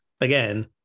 Again